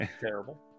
terrible